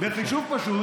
בבקשה.